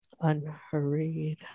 Unhurried